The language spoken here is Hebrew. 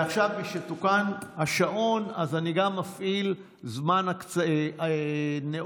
עכשיו, משתוקן השעון, אז אני גם מפעיל זמן נאום.